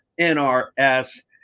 NRS